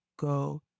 go